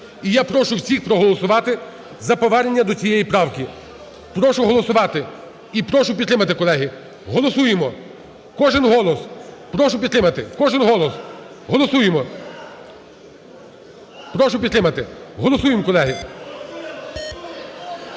і я прошу всіх проголосувати за повернення до цієї правки. Прошу голосувати і прошу підтримати, колеги. Голосуємо. Кожен голос. Прошу підтримати. Кожен голос. Голосуємо. Прошу підтримати. Голосуємо, колеги.